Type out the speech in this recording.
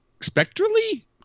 spectrally